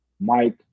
Mike